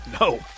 No